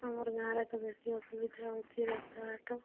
ଆମର ଗାଁରେ ତ ବେଶୀ ଅସୁବିଧା ହେଉଛି ରାସ୍ତା ଘାଟ